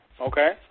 okay